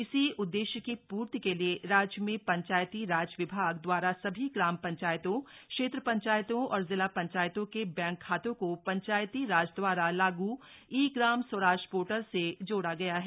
इसी उद्देश्य की पूर्ति के लिए राज्य में पंचायतीराज विभाग द्वारा सभी ग्राम पंचायतों क्षेत्र पंचायतों और जिला पंचायतों के बैंक खातों को पंचायतीराज द्वारा लागू ई ग्राम स्वराज पोर्टल से जोड़ा गया है